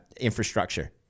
infrastructure